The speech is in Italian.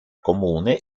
comune